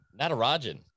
Natarajan